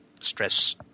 stress